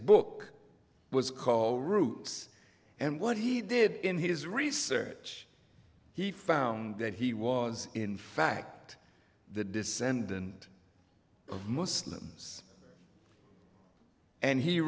book was call roots and what he did in his research he found that he was in fact the descendant of muslims and he